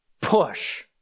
push